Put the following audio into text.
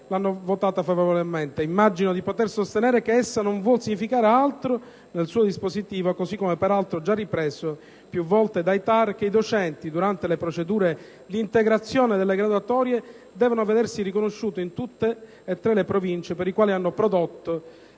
l'abbiamo approvata; immagino di poter sostenere che essa non vuol significar altro nel suo dispositivo, così come peraltro già ripreso più volte dai TAR, che i docenti, durante le procedure di integrazione delle graduatorie, devono vedersi riconosciuto il punteggio raggiunto in tutte le tre province per le quali hanno prodotto